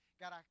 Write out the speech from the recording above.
God